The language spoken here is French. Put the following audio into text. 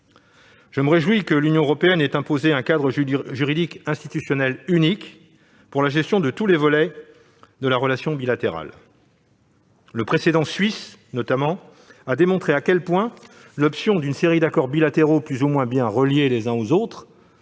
Je me réjouis que l'Union européenne ait imposé un cadre juridique et institutionnel unique pour la gestion de tous les volets de la relation bilatérale. Le précédent suisse, notamment, a démontré combien l'option d'une série d'accords bilatéraux plus ou moins bien reliés les uns aux autres